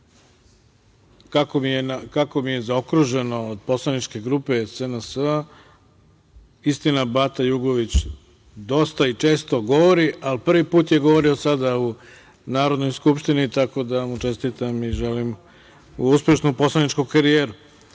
mi je zaokruženo od poslaničke grupe SNS-a, istina, Bata Jugović dosta i često govori, ali prvi put je govorio sada u Narodnoj skupštini, tako da mu čestitam i želim uspešnu poslaničku karijeru. Reč